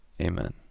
Amen